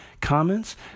comments